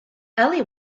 ellie